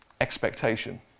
expectation